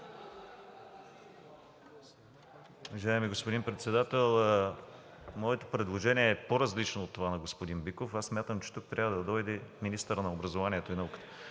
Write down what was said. Уважаеми господин Председател, моето предложение е по-различно от това на господин Биков. Аз смятам, че тук трябва да дойде министърът на образованието и науката.